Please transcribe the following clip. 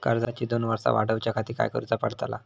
कर्जाची दोन वर्सा वाढवच्याखाती काय करुचा पडताला?